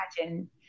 imagine